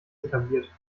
etabliert